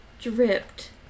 dripped